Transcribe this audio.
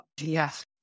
yes